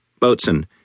boatswain